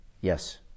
yes